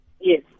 Yes